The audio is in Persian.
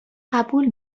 قبول